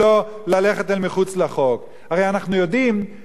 הרי אנחנו יודעים שהאלימות היא שפתם של החלשים.